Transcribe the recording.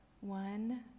one